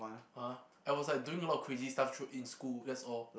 !huh! I was like doing a lot of crazy stuff through in school that's all